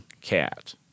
cat